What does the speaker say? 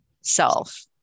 self